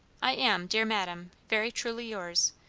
i am, dear madam, very truly yours,